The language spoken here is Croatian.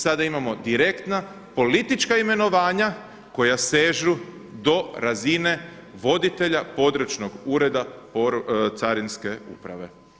Sada imamo direktna, politička imenovanja koja sežu do razine voditelja područnog ureda carinske uprave.